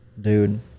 Dude